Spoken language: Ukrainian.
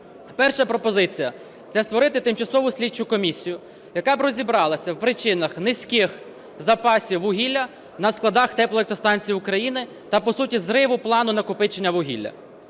Перша пропозиція. Це створити тимчасову слідчу комісію, яка б розібралася в причинах низьких запасів вугілля на складах теплоелектростанцій України та, по суті, зриву плану накопичення вугілля.